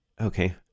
okay